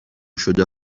شده